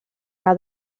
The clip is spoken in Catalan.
que